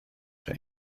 for